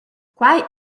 quai